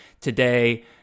today